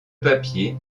papier